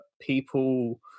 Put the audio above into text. people